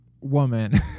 woman